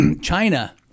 China